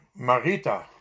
Marita